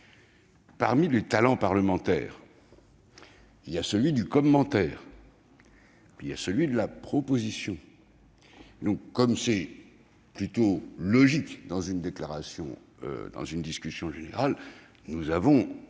Parmi les talents parlementaires, il y a celui du commentaire, et il y a aussi celui de la proposition. Comme c'est plutôt logique dans une discussion générale, nous avons